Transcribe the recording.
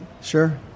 sure